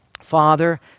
Father